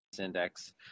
index